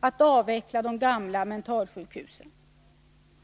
att avveckla de gamla mentalsjukhusen.